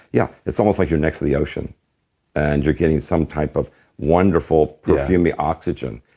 yeah. it's almost like you're next to the ocean and you're getting some type of wonderful perfumey oxygen.